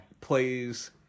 Plays